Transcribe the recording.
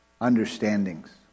understandings